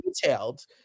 detailed